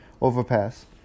overpass